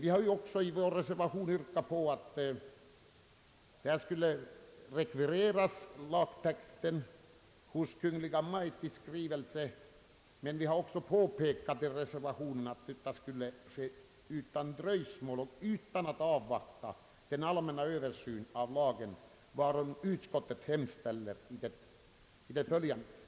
Vi har också i vår reservation yrkat att riksdagen skall rekvirera lagtexten i skrivelse till Kungl. Maj:t och påpekat att detta bör ske utan dröjsmål och utan att avvakta den allmänna översyn av lagen som utskottet begär.